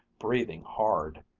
breathing hard.